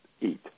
eat